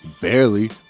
barely